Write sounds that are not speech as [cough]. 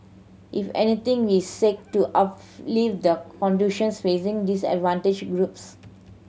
if anything we seek to [unintelligible] the conditions facing disadvantaged groups